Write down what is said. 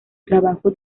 trabajo